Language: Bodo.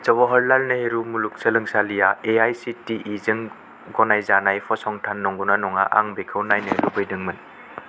जवाहरलाल नेहरु मुलुगसोलोंसालिआ एआइसिटिइ जों गनायजानाय फसंथान नंगौना नङा आं बेखौ नायनो लुबैदोंमोन